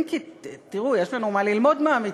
אם כי, תראו, יש לנו מה ללמוד מהמצרים.